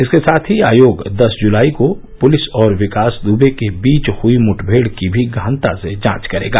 इसके साथ ही आयोग दस जुलाई को पुलिस और विकास दुबे के बीच हुई मुठभेड़ की भी गहनता से जांच करेगा